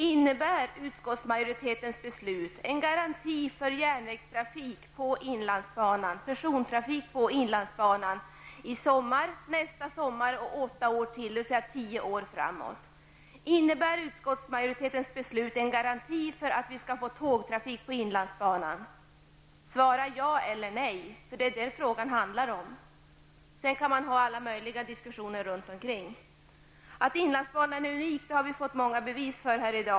Innebär utskottsmajoritetens beslut en garanti för persontrafik på inlandsbanan i sommar, nästa sommar och åtta år till, dvs. tio år framåt? Innebär utskottsmajoritetens beslut en garanti för att vi skall få tågtrafik på inlandsbanan? Svara ja eller nej, det är det saken handlar om. Sedan kan man ha alla möjliga diskussioner runt omkring detta. Vi har fått många bevis för här i dag att inlandsbanan är unik.